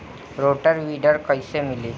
Rotor weeder कईसे मिले?